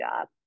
job